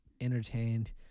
entertained